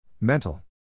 Mental